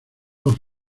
por